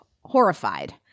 horrified